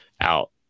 out